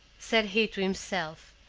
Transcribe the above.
said he to himself,